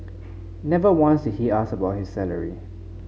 never once he ask about his salary